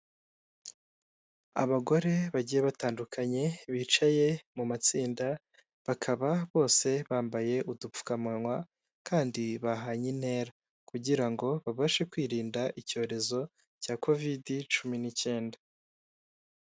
Abagore bagiye batandukanye, bicaye mu matsinda bakaba bose bambaye udupfukamunwa kandi bahanye intera. Kugira ngo babashe kwirinda icyorezo cya covid cumi n'icyenda.